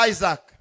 Isaac